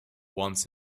once